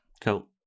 Cool